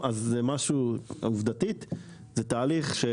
עובדתית זה תהליך,